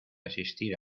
asistir